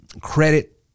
credit